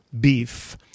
beef